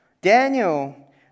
Daniel